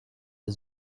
der